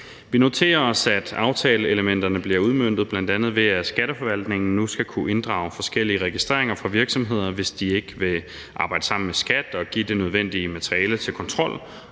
Vi noterer os, at aftaleelementerne bliver udmøntet, bl.a. ved at Skatteforvaltningen nu skal kunne inddrage forskellige registreringer fra virksomheder, hvis de ikke vil arbejde sammen med Skatteforvaltningen og give det nødvendige materiale til kontrol.